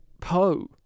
Poe